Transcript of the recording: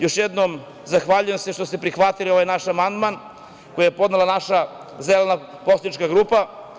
Još jednom, zahvaljujem se što ste prihvatili ovaj naš amandman koji je podnela naša Zelena poslanička grupa.